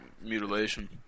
mutilation